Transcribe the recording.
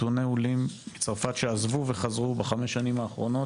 נתוני עולים מצרפת שעזבו וחזרו בחמש השנים האחרונות